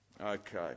okay